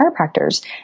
chiropractors